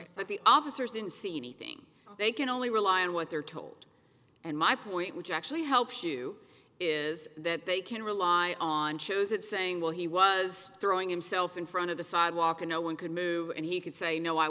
that the officers didn't see anything they can only rely on what they're told and my point which actually helps you is that they can rely on shows that saying well he was throwing himself in front of the sidewalk and no one could move and he could say no i